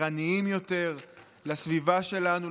ערניים יותר לסביבה שלנו,